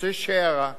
יוצאת שיירה